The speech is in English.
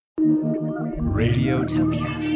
Radiotopia